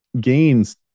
gains